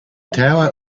tower